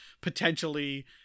potentially